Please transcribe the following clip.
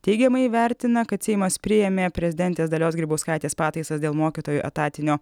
teigiamai vertina kad seimas priėmė prezidentės dalios grybauskaitės pataisas dėl mokytojų etatinio